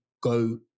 go